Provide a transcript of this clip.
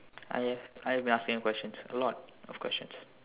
I have I have been asking you questions a lot of questions